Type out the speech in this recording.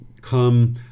come